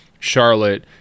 Charlotte